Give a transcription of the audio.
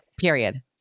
period